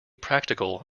practical